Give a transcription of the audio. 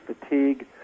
fatigue